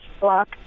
block